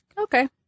Okay